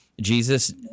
Jesus